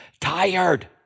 tired